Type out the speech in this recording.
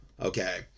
okay